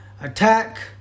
Attack